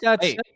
Hey